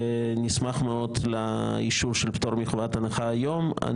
ונשמח מאוד לאישור של פטור מחובת הנחה היום.